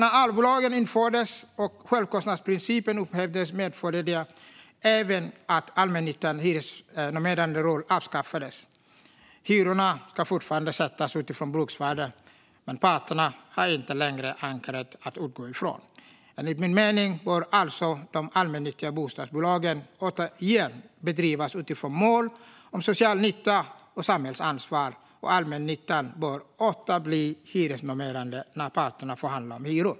När Allbolagen infördes och självkostnadsprincipen upphävdes medförde det även att allmännyttans hyresnormerande roll avskaffades. Hyrorna ska fortfarande sättas utifrån bruksvärdet, men parterna har inte längre "ankaret" att utgå från. Enligt min mening bör alltså de allmännyttiga bostadsbolagen återigen bedrivas utifrån mål om social nytta och samhällsansvar, och allmännyttan bör åter bli hyresnormerande när parterna förhandlar om hyror.